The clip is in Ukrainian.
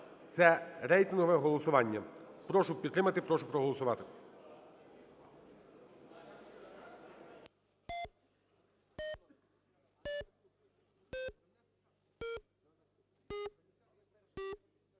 Це рейтингове голосування. Прошу підтримати, прошу проголосувати.